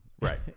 Right